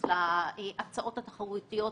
בשוק האשראי לעסקים גדולים,